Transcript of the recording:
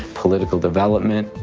political development.